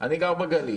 אני גר בגליל.